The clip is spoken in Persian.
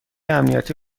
امنیتی